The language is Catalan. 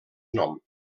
nom